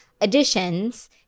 additions